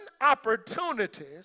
opportunities